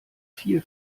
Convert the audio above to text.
viel